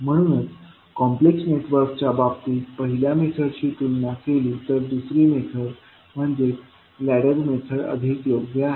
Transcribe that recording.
म्हणूनच कॉम्प्लेक्स नेटवर्कच्या बाबतीत पहिल्या मेथडशी तुलना केली तर दुसरी मेथड म्हणजेच लॅडर मेथड अधिक योग्य आहे